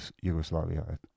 Yugoslavia